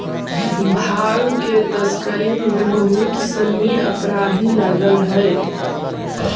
भाँग के तस्करी में बहुत सनि अपराधी लगल हइ